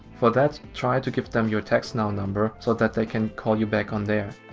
for that try to give them your textnow number so that they can call you back on there.